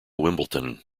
wimbledon